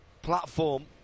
platform